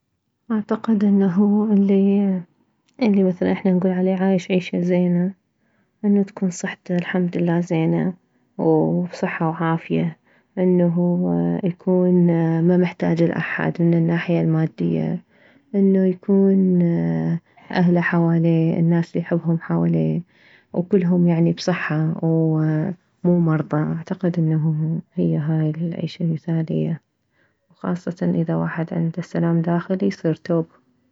اعتقد انه الي الي مثلا احنا نكول عليه عايش عيشة زين انه تكون صحته الحمد لله زينة بصحة وعافية انه يكون ممحتاج لاحد من الناحية المادية انه يكون اهله حواليه الناس الي يحبهم حواليه وكلهم يعني بصحة ومو مرضى اعتقد انه هي هاي العيشة المثالية وخاصة اذا واحد عنده سلام داخلي يصير توب